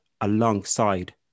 alongside